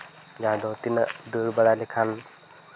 ᱡᱟᱦᱟᱸ ᱫᱚ ᱛᱤᱱᱟᱹᱜ ᱫᱟᱹᱲ ᱵᱟᱲᱟ ᱞᱮᱠᱷᱟᱱ